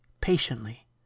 patiently